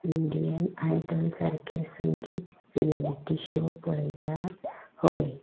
Indian Idol सारके संगीत reality show पळयतात हय